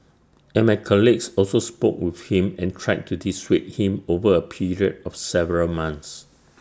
and my colleagues also spoke with him and tried to dissuade him over A period of several months